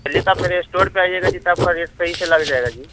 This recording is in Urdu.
پہلے تو آپ میرے اسٹور پہ آئیے گا جی سب کا ریٹ صحیح سے لگ جائے گا جی